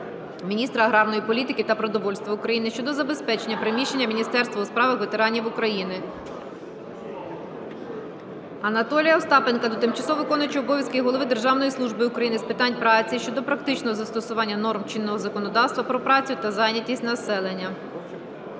міністра аграрної політики та продовольства України щодо забезпечення приміщенням Міністерство у справах ветеранів України. Анатолія Остапенка до тимчасово виконуючого обов'язки голови Державної служби України з питань праці щодо практичного застосування норм чинного законодавства про працю та зайнятість населення.